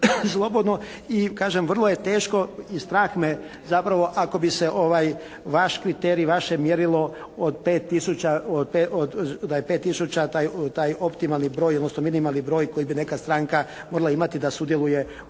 slobodno i kažem vrlo je teško i strah me zapravo ako bi se ovaj vaš kriterij, vaše mjerilo od 5 tisuća, da je 5 tisuća taj optimalni broj odnosno minimalni broj koji bi neka stranka morala imati da sudjeluje u